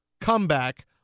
Comeback